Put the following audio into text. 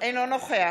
אינו נוכח